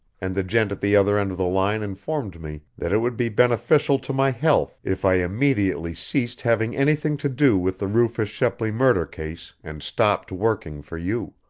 and the gent at the other end of the line informed me that it would be beneficial to my health if i immediately ceased having anything to do with the rufus shepley murder case and stopped working for you.